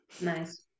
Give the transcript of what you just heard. nice